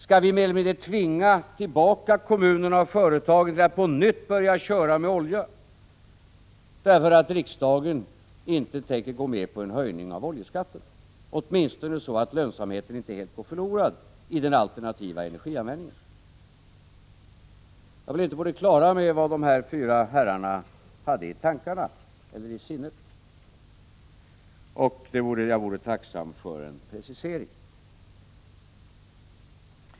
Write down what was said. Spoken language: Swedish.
Skall vi mer eller mindre tvinga tillbaka kommunerna och företagen till att på nytt börja köra med olja därför att riksdagen inte tänker gå med på en höjning av oljeskatten, åtminstone så att lönsamheten inte helt går förlorad i den alternativa energianvändningen? Jag är inte på det klara med vad de här fyra herrarna hade i sinnet, och jag vore tacksam för en precisering.